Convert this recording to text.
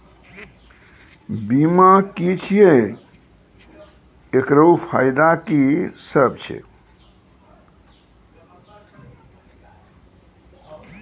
बीमा की छियै? एकरऽ फायदा की सब छै?